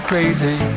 crazy